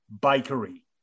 bakery